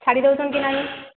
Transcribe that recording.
ଛାଡ଼ି ଦେଉଛନ୍ତି ନାଇଁ